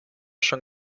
schon